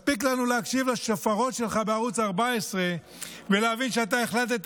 מספיק לנו להקשיב לשופרות שלך בערוץ 14 ולהבין שאתה החלטת